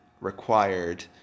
required